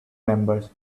members